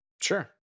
sure